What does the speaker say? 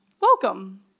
Welcome